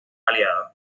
aliado